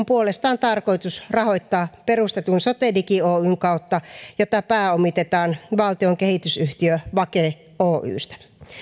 puolestaan tarkoitus rahoittaa perustetun sotedigi oyn kautta jota pääomitetaan valtion kehitysyhtiö vake oystä